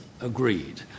agreed